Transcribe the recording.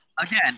again